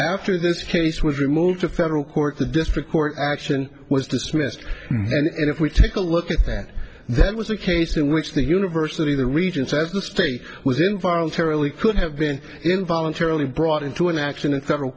after this case was removed to federal court the district court action was dismissed and if we take a look at that that was a case in which the university the regents as the state within viral terribly could have been involuntarily brought into an action and several